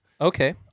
Okay